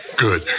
Good